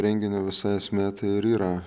renginio visa esmė tai ir yra